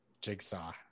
jigsaw